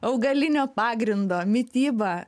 augalinio pagrindo mityba